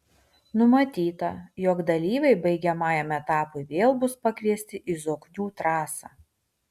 numatyta jog dalyviai baigiamajam etapui vėl bus pakviesti į zoknių trasą